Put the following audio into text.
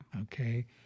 Okay